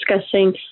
discussing